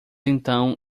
então